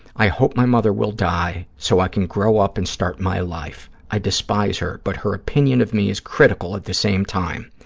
i hope my mother will die so i can grow up and start my life. i despise her, but her opinion of me is critical at the same time.